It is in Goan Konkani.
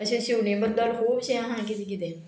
अशें शिवणे बद्दल खूबशें आहा किदें किदें